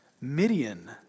Midian